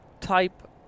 type